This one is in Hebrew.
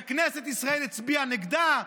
שכנסת ישראל הצביעה נגדה?